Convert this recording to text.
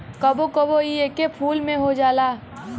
कबो कबो इ एके फूल में हो जाला